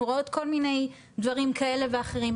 רואות כל מיני דברים כאלה ואחרים,